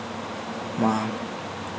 ᱢᱟ